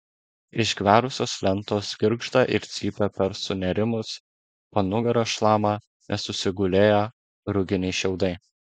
išgverusios lentos girgžda ir cypia per sunėrimus po nugara šlama nesusigulėję ruginiai šiaudai